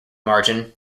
margin